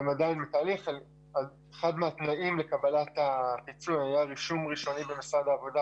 אחד מהתנאים לקבלת הפיצוי היה רישום ראשוני במשרד העבודה,